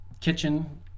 kitchen